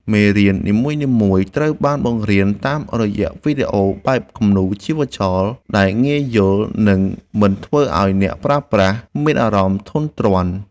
មេរៀននីមួយៗត្រូវបានបង្រៀនតាមរយៈវីដេអូបែបគំនូរជីវចលដែលងាយយល់ និង មិនធ្វើឱ្យអ្នកប្រើប្រាស់មានអារម្មណ៍ធុញទ្រាន់។